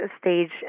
stage